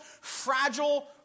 fragile